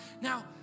now